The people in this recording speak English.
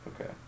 Okay